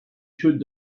should